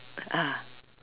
ah